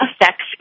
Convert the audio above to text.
affects